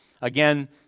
Again